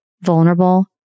vulnerable